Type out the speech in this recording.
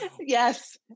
Yes